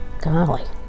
Golly